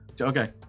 Okay